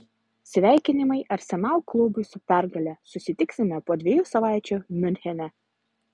sveikinimai arsenal klubui su pergale susitiksime po dviejų savaičių miunchene